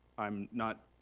i'm not,